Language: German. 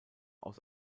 aus